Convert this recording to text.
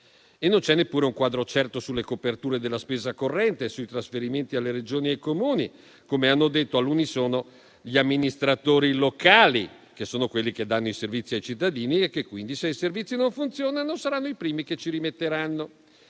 Non c'è neppure un quadro certo sulle coperture della spesa corrente, sui trasferimenti alle Regioni e ai Comuni, come hanno detto all'unisono gli amministratori locali, che sono quelli che danno i servizi ai cittadini e che, quindi, se i servizi non funzionano, saranno i primi che ci rimetteranno.